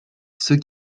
ceux